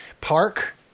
park